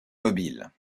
mobiles